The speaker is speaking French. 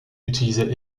utilisait